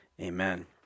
amen